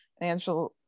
Angela